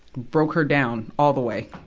broke her down, all the way.